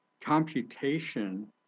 computation